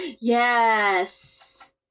yes